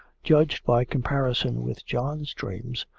judged by comparison with john's dreams,